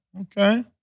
okay